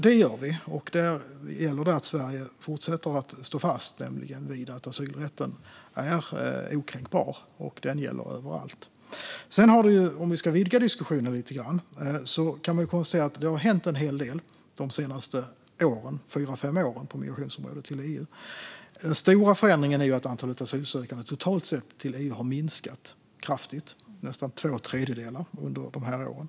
Detta gör vi, och där gäller det att Sverige fortsätter att stå fast vid att asylrätten är okränkbar och gäller överallt. Om vi ska vidga diskussionen lite grann kan vi konstatera att det har hänt en hel del de senaste fyra fem åren när det gäller migrationen till EU. Den stora förändringen är att antalet asylsökande till EU totalt sett har minskat kraftigt - med nästan två tredjedelar - under de här åren.